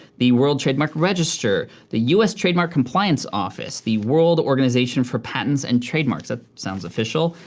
the world trademark register, the us trademark compliance office, the world organization for patents and trademarks. that sounds official,